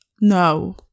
no